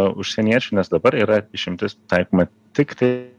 užsieniečių nes dabar yra išimtis taikoma tiktai